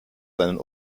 seinen